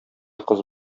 кыз